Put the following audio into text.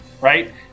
right